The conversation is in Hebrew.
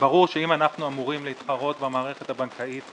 ברור שאם אנחנו אמורים להתחרות במערכת הבנקאית,